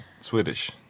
Swedish